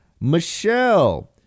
Michelle